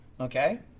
okay